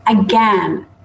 Again